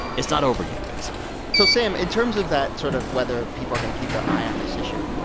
it's not over yet, basically so sam, in terms of that sort of whether people are going to keep their eye on this issue,